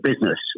business